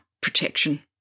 protection